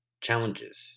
challenges